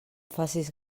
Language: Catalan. facis